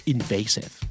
Invasive